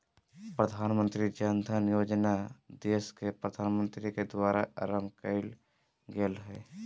प्रधानमंत्री जन धन योजना देश के प्रधानमंत्री के द्वारा आरंभ कइल गेलय हल